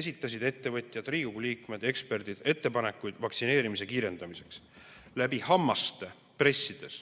esitasid ettevõtjad, Riigikogu liikmed, eksperdid ettepanekuid vaktsineerimise kiirendamiseks. Läbi hammaste pressides,